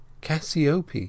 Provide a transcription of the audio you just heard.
Cassiope